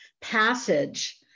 passage